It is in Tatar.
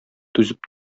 түзеп